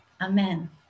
Amen